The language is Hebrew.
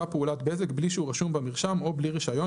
פעולת בזק בלי שהוא רשום במרשם או בלי רישיון,